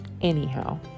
anyhow